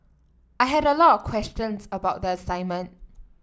I had a lot of questions about the assignment